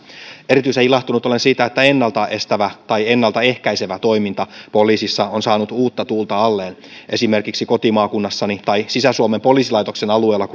erityisen ilahtunut olen siitä että ennalta estävä tai ennalta ehkäisevä toiminta poliisissa on saanut uutta tuulta alleen esimerkiksi kotimaakunnassani tai sisä suomen alueella